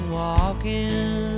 walking